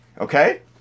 Okay